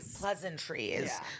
pleasantries